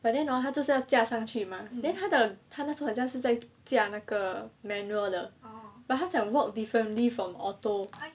but then hor 他就是要驾上去 mah then 她的他那次好像是在驾那个 manual 的 but 他讲 work differently from auto